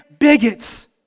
bigots